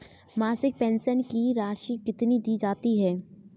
मासिक पेंशन की राशि कितनी दी जाती है?